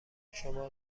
شما